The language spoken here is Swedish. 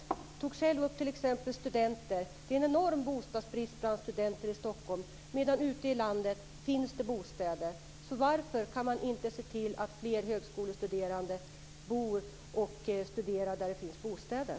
Han tog själv upp t.ex. studenter. Det är en enorm bostadsbrist bland studenter i Stockholm, medan det finns bostäder ute i landet. Varför kan man inte se till att fler bor och studerar där det finns bostäder?